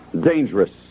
Dangerous